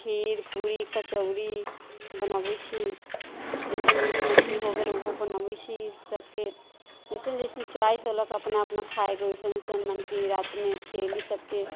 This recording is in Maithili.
खीर पूरी कचौड़ी बनऽबै छी जैसे मीट मछली हो गेल ऊहो बनऽबै छी सबके जैसन जैसन चॉइस होलन सब अपना अपना खाय के वैसन वैसन मने की रात मे खीयली इसबके